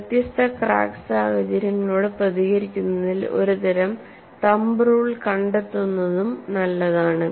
വ്യത്യസ്ത ക്രാക്ക് സാഹചര്യങ്ങളോട് പ്രതികരിക്കുന്നതിൽ ഒരുതരം തംബ് റൂൾ കണ്ടെത്തുന്നതും നല്ലതാണ്